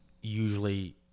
usually